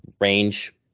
range